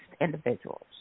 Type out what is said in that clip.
individuals